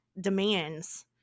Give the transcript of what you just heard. demands